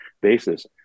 basis